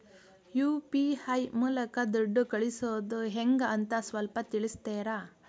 UPI ಮೂಲಕ ದುಡ್ಡು ಕಳಿಸೋದ ಹೆಂಗ್ ಅಂತ ಸ್ವಲ್ಪ ತಿಳಿಸ್ತೇರ?